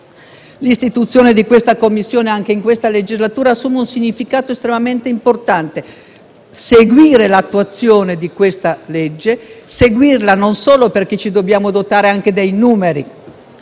l'istituzione della Commissione anche in questa legislatura assume un significato estremamente importante. Occorre seguire l'attuazione di tale legge, e non solo perché ci dobbiamo dotare anche dei numeri